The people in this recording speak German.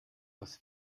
was